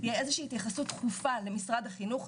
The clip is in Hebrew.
תהיה איזושהי התייחסות דחופה למשרד החינוך,